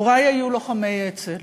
הורי היו לוחמי אצ"ל.